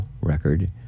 record